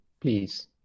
Please